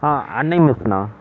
ஆ அன்னை மெஸ்ண்ணா